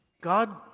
God